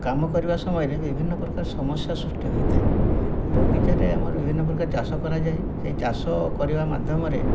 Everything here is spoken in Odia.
କାମ କରିବା ସମୟରେ ବିଭିନ୍ନ ପ୍ରକାର ସମସ୍ୟା ସୃଷ୍ଟି ହୋଇଥାଏ ବଗିଚାରେ ଆମର ବିଭିନ୍ନ ପ୍ରକାର ଚାଷ କରାଯାଏ ସେଇ ଚାଷ କରିବା ମାଧ୍ୟମରେ